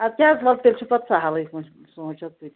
ادکیاہ حظ ولہ تیٚلہِ چھُ پتہٕ سَہلٕے سُہ سونچو